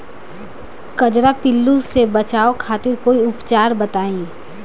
कजरा पिल्लू से बचाव खातिर कोई उपचार बताई?